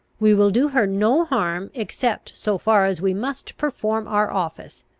we will do her no harm except so far as we must perform our office,